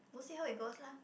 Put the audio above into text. see how it goes lah